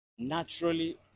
naturally